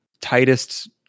tightest